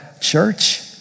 church